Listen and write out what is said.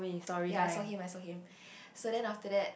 ya I saw him I saw him so then after that